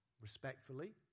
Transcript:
respectfully